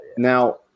Now